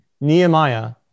Nehemiah